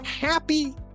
Happy